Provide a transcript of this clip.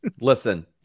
listen